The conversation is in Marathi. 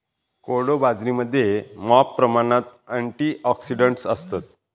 कोडो बाजरीमध्ये मॉप प्रमाणात अँटिऑक्सिडंट्स असतत